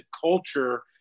culture